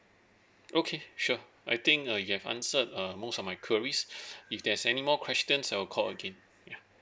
okay sure I think uh you have answered uh most of my queries if there's any more questions I'll call again ya